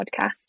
podcast